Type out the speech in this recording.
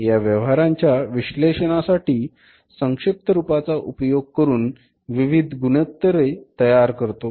या व्यवहारांच्या विश्लेषणासाठी संक्षिप्त रूपाचा उपयोग करून विविध गुणोत्तरे तयार करतो